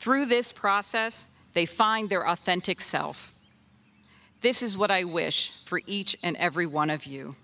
through this process they find their authentic self this is what i wish for each and every one of you